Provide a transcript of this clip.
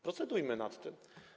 Procedujmy nad tym.